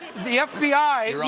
the f b i.